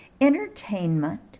entertainment